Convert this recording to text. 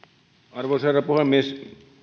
arvoisa herra puhemies